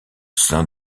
sein